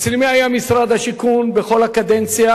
אצל מי היה משרד השיכון בכל הקדנציה?